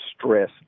stress